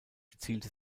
gezielte